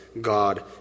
God